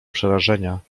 przerażenia